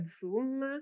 Zoom